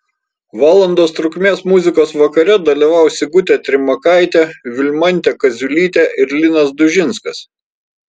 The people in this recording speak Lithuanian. valandos trukmės muzikos vakare dalyvaus sigutė trimakaitė vilmantė kaziulytė ir linas dužinskas